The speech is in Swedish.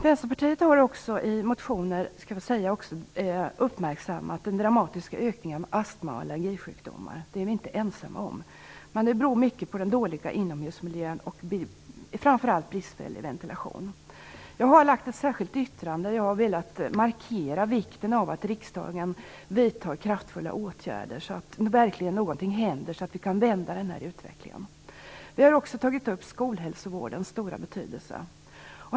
Vänsterpartiet har i motioner också uppmärksammat den dramatiska ökningen av astma och allergisjukdomar. Det är vi inte ensamma om. Det beror mycket på den dåliga inomhusmiljön och, framför allt, bristfällig ventilation. Jag har gjort ett särskilt yttrande för att markera vikten av att riksdagen vidtar kraftfulla åtgärder så att någonting verkligen händer och så att utvecklingen kan vändas. Vi har också tagit upp skolhälsovårdens stora betydelse.